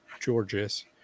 Georges